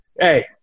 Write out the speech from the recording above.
Hey